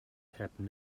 happen